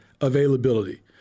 availability